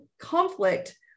conflict